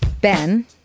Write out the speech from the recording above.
Ben